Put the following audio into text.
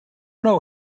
know